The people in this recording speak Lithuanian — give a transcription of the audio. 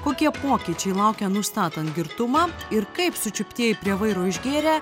kokie pokyčiai laukia nustatant girtumą ir kaip sučiuptieji prie vairo išgėrę